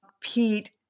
Pete